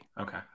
Okay